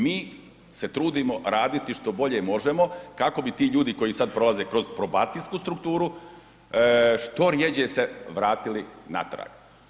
Mi se trudimo raditi što bolje možemo kako bi ti ljudi koji sada prolaze kroz probacijsku strukturu što rjeđe se vratili natrag.